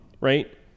right